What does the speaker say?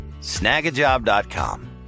Snagajob.com